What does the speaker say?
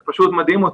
זה פשוט מדהים אותי,